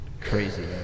Crazy